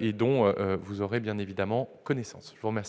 et dont vous aurez bien évidemment connaissance. La parole